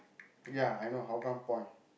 ya I know Hougang-Point